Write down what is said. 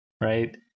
right